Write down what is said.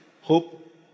hope